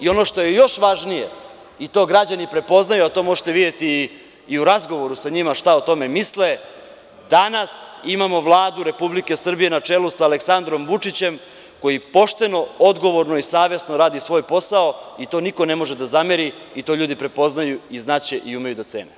Ono što je još važnije i to građani prepoznaju, a to možete videti i u razgovoru sa njima šta o tome misle, danas imamo Vladu Republike Srbije na čelu sa Aleksandrom Vučićem, koji pošteno, odgovorno i savesno radi svoj posao i to niko ne može da zameri, to ljudi prepoznaju, znaće i umeju da cene.